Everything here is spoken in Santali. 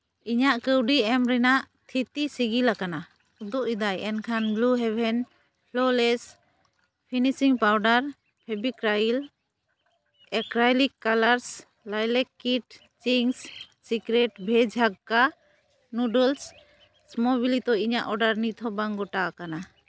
ᱤᱧᱟᱹᱜ ᱠᱟᱹᱣᱰᱤ ᱮᱢ ᱨᱮᱱᱟᱜ ᱛᱷᱤᱛᱤ ᱥᱤᱜᱤᱞᱟᱠᱟᱱᱟ ᱩᱫᱩᱜ ᱮᱫᱟᱭ ᱮᱱᱠᱷᱟᱱ blue heaven flawless finishing powder ᱯᱷᱤᱵᱤ ᱠᱨᱟᱭᱤᱞ ᱮᱠᱨᱟᱭᱤᱞᱥ ᱠᱟᱞᱟᱨᱥ ᱞᱟᱭᱞᱮᱠ ᱠᱤᱴ ᱪᱤᱝᱥ ᱥᱤᱠᱨᱮᱴ ᱵᱷᱮᱡᱽ ᱦᱟᱠᱠᱟ ᱱᱩᱰᱚᱞᱥ ᱮᱥᱢᱩᱵᱤᱞᱤᱛ ᱤᱧᱟᱹᱜ ᱚᱰᱟᱨ ᱱᱤᱛ ᱦᱚᱸ ᱵᱟᱝ ᱜᱚᱴᱟ ᱟᱠᱟᱱᱟ